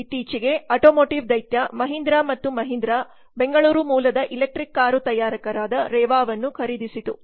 ಇತ್ತೀಚೆಗೆ ಆಟೋಮೋಟಿವ್ ದೈತ್ಯ ಮಹೀಂದ್ರಾ ಮತ್ತು ಮಹೀಂದ್ರಾ ಬೆಂಗಳೂರು ಮೂಲದ ಎಲೆಕ್ಟ್ರಿಕ್ ಕಾರು ತಯಾರಕರಾದ ರೇವಾವನ್ನು ಖರೀದಿಸಿತು